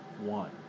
one